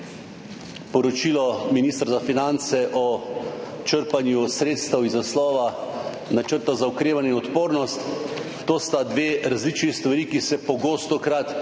poročilo ministra za finance o črpanju sredstev iz naslova načrta za okrevanje in odpornost. To sta dve različni stvari, ki se pogostokrat